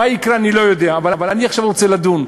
מה יקרה אני לא יודע, אבל אני עכשיו רוצה לדון.